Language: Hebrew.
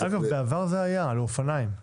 בעבר זה היה על אופניים.